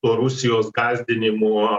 tuo rusijos gąsdinimu